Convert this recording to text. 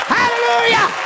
Hallelujah